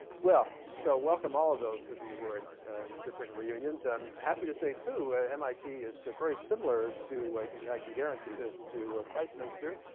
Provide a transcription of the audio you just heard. well, so welcome all of those of you who are at different reunions. i'm happy to say, too, mit is very similar to i can i can guarantee this to christminster.